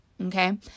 Okay